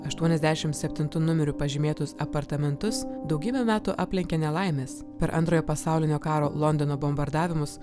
aštuoniasdešimt septintu numeriu pažymėtus apartamentus daugybę metų aplenkė nelaimės per antrojo pasaulinio karo londono bombardavimus